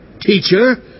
Teacher